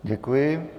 Děkuji.